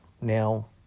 Now